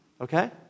Okay